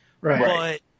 right